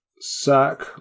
sack